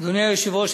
אדוני היושב-ראש,